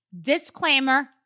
Disclaimer